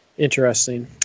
Interesting